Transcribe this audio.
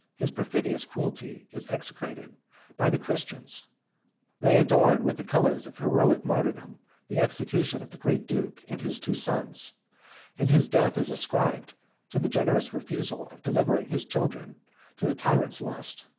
his perfidious cruelty is execrated by the christians they adorn with the colors of heroic martyrdom the execution of the great duke and his two sons and his death is ascribed to the generous refusal of delivering his children to the tyrant's lust.